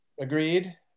agreed